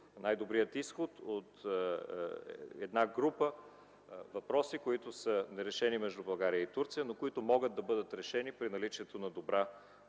най-добрия изход от група въпроси, които са нерешени между България и Турция, но които могат да бъдат решени при наличието на добра